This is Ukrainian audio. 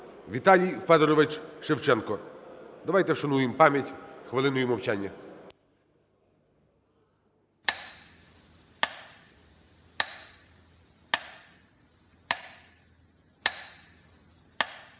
Віталій Федорович Шевченко. Давайте вшануємо пам'ять хвилиною мовчання.